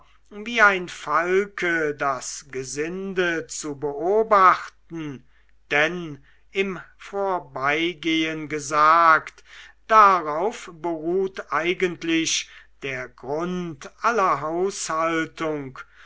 wie ein falke das gesinde zu beobachten denn im vorbeigehen gesagt darauf beruht eigentlich der grund aller